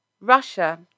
Russia